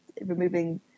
removing